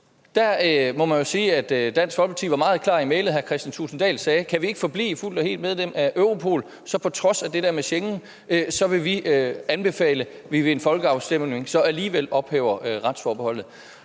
må man jo sige at Dansk Folkeparti var meget klare i mælet. Hr. Kristian Thulesen Dahl sagde: Kan vi ikke forblive fuldt og helt medlem af Europol, så vil vi på trods af det der med Schengen anbefale, at vi ved en folkeafstemning så alligevel ophæver retsforbeholdet.